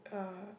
uh